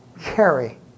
carry